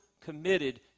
committed